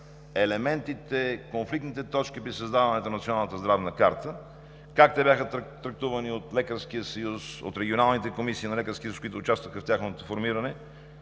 елементите, конфликтните точки при създаването на Националната здравна карта, как те бяха трактувани от Лекарския съюз, от регионалните комисии на Лекарския съюз, които участваха в тяхното формиране